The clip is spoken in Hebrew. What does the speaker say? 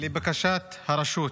לבקשת הרשות.